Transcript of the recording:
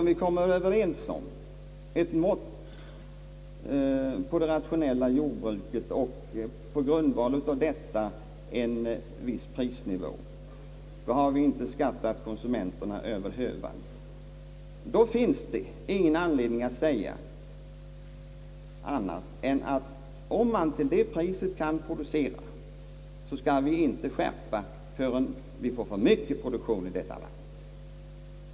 Om vi kommer överens om mått och form för det rationella jordbruket och på grundval av detta om en viss prisnivå — vi har ju då inte skattat konsumenterna över hövan. Om jordbruket producerar till det priset, finns det ingen anledning att företa någon skärpning förrän vi riskerar få för stor produktion i landet.